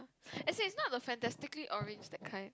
as in is not the fantastically orange that kind